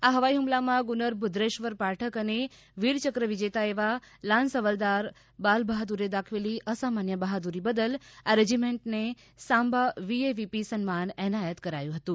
આ હવાઇ હુમલામાં ગુનર ભક્રેશ્વર પાઠક અને વીરચક્ર વિજેતા એવા લાન્સ હવાલદાર બાલ બહાદુરે દાખવેલી અસામાન્ય બહાદુરી બદલ આ રેજીમેન્ટને સામ્બા વીએવીપી સન્માન એનાયત કરાયું હતું